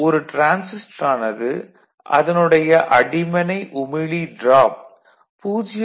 ஒரு டிரான்சிஸ்டரானது அதனுடைய அடிமனை உமிழி டிராப் 0